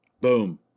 Boom